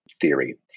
theory